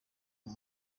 kwa